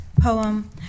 poem